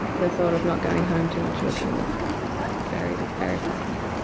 the thought of not going home to my children was very, very frightening.